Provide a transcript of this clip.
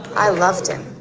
i loved him.